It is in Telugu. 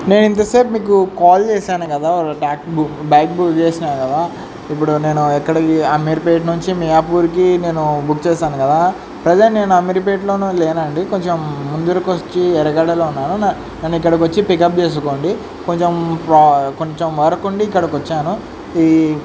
నేను ఇంతసేపు మీకు కాల్ చేశాను కదా ట్యాక్ బుక్ బైక్ బుక్ చేశాను కదా ఇప్పుడు నేను ఎక్కడికి అమీర్పేట నుంచి మీయాపూర్కి నేను బుక్ చేశాను కదా ప్రజెంట్ నేను అమీర్పేటలోనే లేనండి కొంచెం ముందుకొచ్చి ఎర్రగడ్డలో ఉన్నాను నన్ను ఇక్కడికొచ్చి పికప్ చేసుకోండి కొంచెం ప్ర కొంచెం వర్క్ ఉండి ఇక్కడికి వచ్చాను ఈ